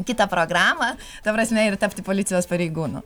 kitą programą ta prasme ir tapti policijos pareigūnu